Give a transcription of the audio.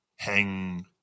Hang